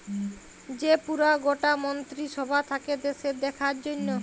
যে পুরা গটা মন্ত্রী সভা থাক্যে দ্যাশের দেখার জনহ